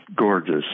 gorgeous